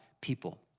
people